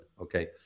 Okay